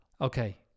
Okay